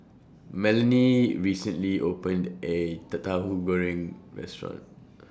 Melony recently opened A Tauhu Goreng Restaurant